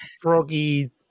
froggy